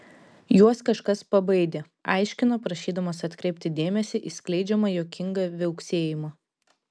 juos kažkas pabaidė aiškina prašydamas atkreipti dėmesį į skleidžiamą juokingą viauksėjimą